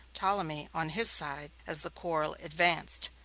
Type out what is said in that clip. ptolemy, on his side, as the quarrel advanced.